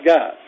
God